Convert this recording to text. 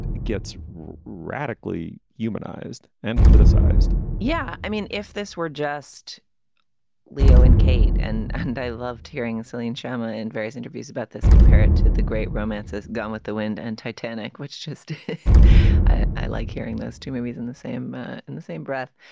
gets radically humanized and politicized yeah. i mean, if this were just leo and kate and and i loved hearing celine chama in various interviews about this, compare it to the great romances gone with the wind and titanic, which just i like hearing those two movies in the same in the same breath.